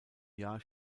jahr